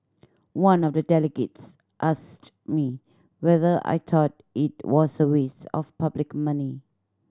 one of the delegates asked me whether I thought it was a waste of public money